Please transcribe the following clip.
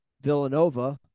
Villanova